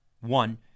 one